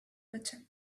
butter